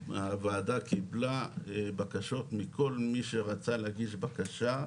הוועדה קיבלה בקשות מכל מי שרצה להגיש בקשה,